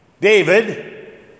David